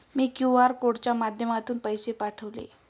मी QR कोडच्या माध्यमातून पैसे पाठवले